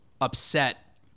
upset